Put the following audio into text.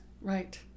right